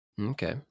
Okay